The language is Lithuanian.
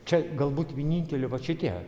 čia galbūt vieninteli vat šitie